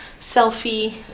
selfie